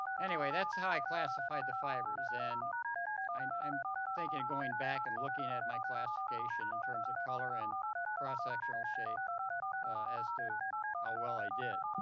anyway, that's how i classified the fibers and i'm thinking of going back and looking at my classification in terms of color and cross sectional shape as to how well i did.